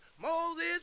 Moses